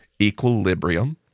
equilibrium